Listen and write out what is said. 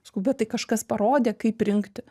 sakau bet tai kažkas parodė kaip rinkti